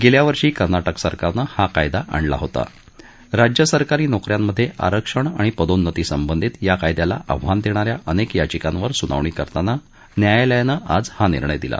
गेल्यावर्षी कर्नाटक सरकारनात्रा कायदा आणला होता राज्य सरकारी नोकऱ्यासिये आरक्षण आणि पदोन्नती सद्यावित या कायद्याला आव्हान देणार्या अनेक याचिकासित्व सुनावणी करताना न्यायालयानख्राज हा निर्णय दिला